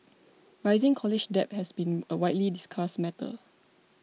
rising college debt has been a widely discussed matter